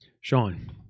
Sean